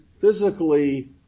physically